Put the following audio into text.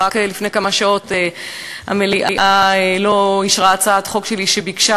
רק לפני כמה שעות המליאה לא אישרה הצעת חוק שלי שביקשה